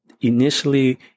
initially